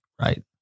Right